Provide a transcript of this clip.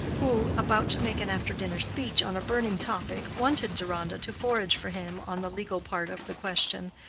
who, about to make an after-dinner speech on a burning topic, wanted deronda to forage for him on the legal part of the question,